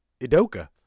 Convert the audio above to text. Idoka